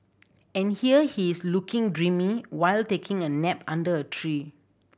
and here he is looking dreamy while taking a nap under a tree